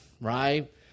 right